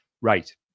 Right